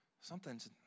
Something's